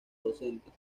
docentes